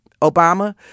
Obama